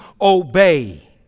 obey